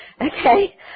okay